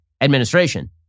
administration